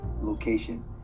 location